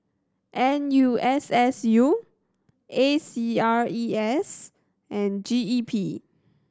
N U S S U A C R E S and G E P